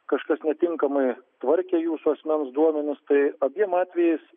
kažkas netinkamai tvarkė jūsų asmens duomenis tai abiem atvejais